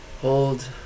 Hold